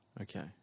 Okay